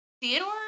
Theodore